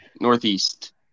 Northeast